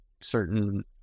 certain